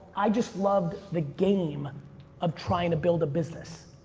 i just loved the game of trying to build a business,